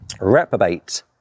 reprobate